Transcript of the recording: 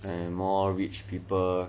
and more rich people